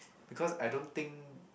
because I don't think